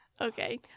Okay